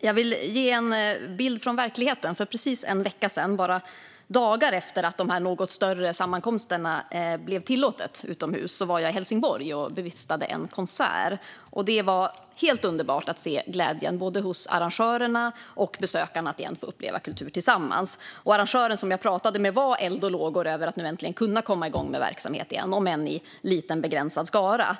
Jag vill ge en bild från verkligheten. För precis en vecka sedan, bara dagar efter att de något större sammankomsterna blev tillåtna utomhus, var jag i Helsingborg och bevistade en konsert. Det var helt underbart att se glädjen hos både arrangörerna och besökarna över att åter få uppleva kultur tillsammans. Den arrangör som jag pratade med var eld och lågor över att nu äntligen kunna komma igång med verksamhet igen, om än i liten, begränsad skala.